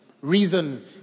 Reason